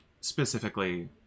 specifically